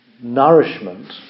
nourishment